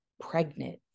pregnant